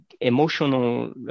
emotional